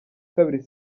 kabiri